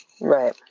Right